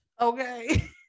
okay